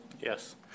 Yes